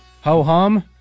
Ho-hum